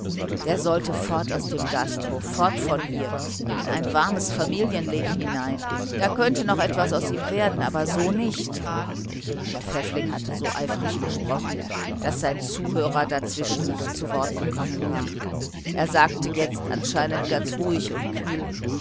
der sollte fort aus dem hotel fort von hier in ein warmes familienleben hinein da könnte noch etwas aus ihm werden aber so nicht herr pfäffling hatte so eifrig gesprochen daß sein zuhörer dazwischen nicht zu wort gekommen war er sagte jetzt anscheinend ganz ruhig und kühl